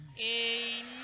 Amen